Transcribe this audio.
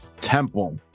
temple